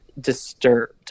disturbed